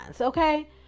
okay